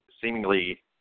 seemingly